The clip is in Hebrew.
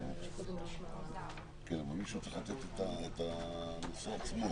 מתכבד לפתוח את הישיבה.